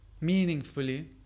meaningfully